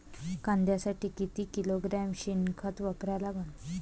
कांद्यासाठी किती किलोग्रॅम शेनखत वापरा लागन?